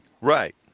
Right